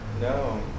No